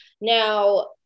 Now